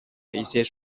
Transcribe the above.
一些